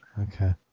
Okay